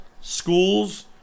schools